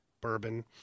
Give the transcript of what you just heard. bourbon